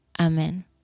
Amen